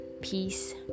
peace